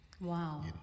Wow